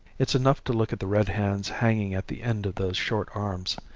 it's enough to look at the red hands hanging at the end of those short arms,